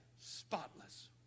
spotless